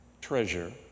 treasure